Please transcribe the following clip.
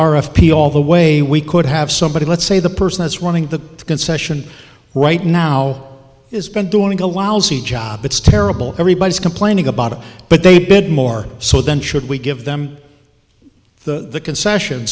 f p all the way we could have somebody let's say the person that's running the concession right now has been doing a lousy job it's terrible everybody's complaining about it but they bid more so then should we give them the concession